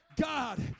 God